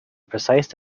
precise